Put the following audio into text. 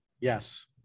Yes